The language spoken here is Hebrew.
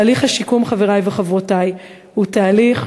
תהליך השיקום, חברי וחברותי, הוא תהליך